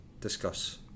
Discuss